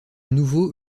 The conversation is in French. nouveau